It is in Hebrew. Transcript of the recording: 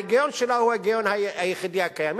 ההיגיון שלה הוא ההיגיון היחידי הקיים.